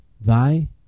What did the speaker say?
Thy